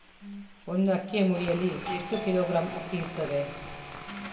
ಒಂದು ಅಕ್ಕಿಯ ಮುಡಿಯಲ್ಲಿ ಎಷ್ಟು ಕಿಲೋಗ್ರಾಂ ಅಕ್ಕಿ ಇರ್ತದೆ?